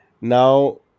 Now